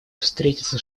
встретиться